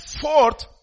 fourth